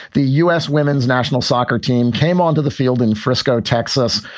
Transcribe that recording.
the u s. women's national soccer team came onto the field in frisco, texas,